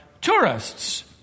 tourists